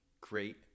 great